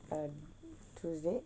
err tuesday